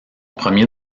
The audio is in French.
premier